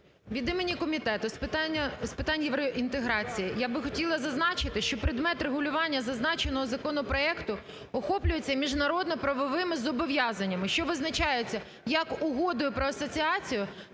Від імені Комітету з питань євроінтеграції я би хотіла зазначити, що предмет регулювання зазначеного законопроекту охоплюється міжнародно-правовими зобов'язаннями, що визначаються, як Угодою про асоціацію,